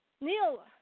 Neil